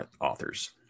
authors